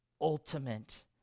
ultimate